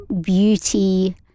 beauty